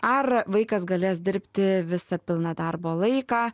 ar vaikas galės dirbti visą pilną darbo laiką